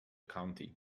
county